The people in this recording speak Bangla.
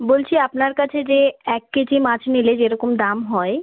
বলছি আপনার কাছে যে এক কেজি মাছ নিলে যেরকম দাম হয়